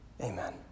Amen